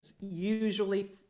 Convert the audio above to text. usually